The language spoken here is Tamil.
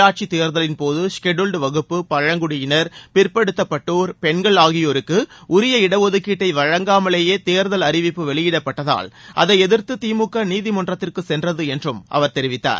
உள்ளாட்சித் தேர்தலின்போது ஷெடியூவ்ட் வகுப்பு பழங்குடியினா் பிற்படுத்தப்பட்டோா் பெண்கள் ஆகியோருக்கு உரிய இடஒதுக்கீட்டை வழங்காமலேயே தேர்தல் அறிவிப்பு வெளியிடப்பட்டதால் அதை எதிர்த்து திமுக நீதிமன்றத்திற்கு சென்றது என்றும் அவர் தெரிவித்தார்